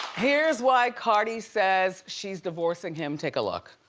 here's why cardi says she's divorcing him, take a look.